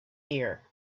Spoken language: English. ear